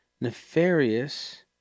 nefarious